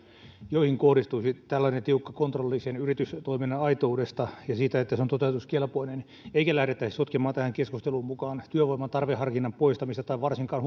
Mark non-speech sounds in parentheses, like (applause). joihin kohdistuisi tällainen tiukka kontrolli sen yritystoiminnan aitoudesta ja siitä että se on toteutuskelpoinen eikä lähdettäisi sotkemaan tähän keskusteluun mukaan työvoiman tarveharkinnan poistamista tai varsinkaan (unintelligible)